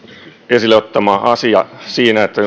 esille ottama asia on hyvin tärkeä siinä että